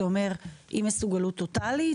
זה אומר אי מסוגלות טוטאלית,